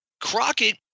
Crockett